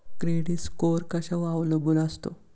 Credit score कशावर अवलंबून असतो?